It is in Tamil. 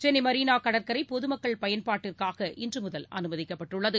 சென்னை மெரினா கடற்கரை பொதுமக்கள் பயன்பாட்டிற்காக இன்று முதல் அனுமதிக்கப்பட்டுள்ளது